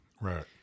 Right